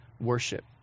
worship